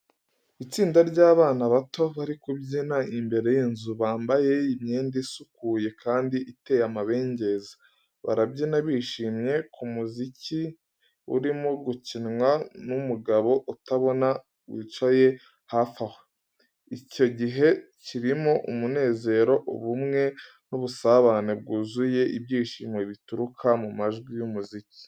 Itsinda ry’abana bato bari kubyina imbere y’inzu, bambaye imyenda isukuye kandi iteye amabengeza. Barabyina bishimye ku muziki urimo gukinwa n’umugabo utabona wicaye hafi aho. Icyo gihe kirimo umunezero, ubumwe, n’ubusabane bwuzuye ibyishimo bituruka mu majwi y’umuziki.